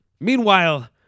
Meanwhile